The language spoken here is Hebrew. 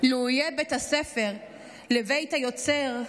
לו יהיה בית הספר לבית היוצר!